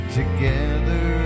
together